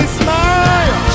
smile